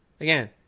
Again